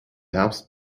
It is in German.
herbst